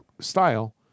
style